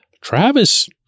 Travis